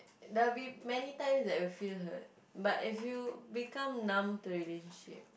there'll be many times that you feel hurt but if you become numb to a relationship